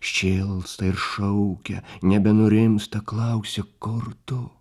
šėlsta ir šaukia nebenurimsta klausia kur tu